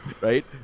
right